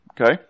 Okay